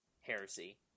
heresy